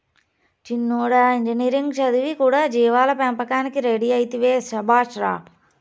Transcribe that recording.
చిన్నోడా ఇంజనీరింగ్ చదివి కూడా జీవాల పెంపకానికి రెడీ అయితివే శభాష్ రా